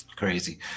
crazy